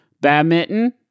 badminton